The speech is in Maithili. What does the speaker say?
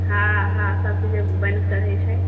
हँ हँ सबचीज बनि कऽ चढ़ैत छै